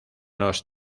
los